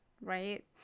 right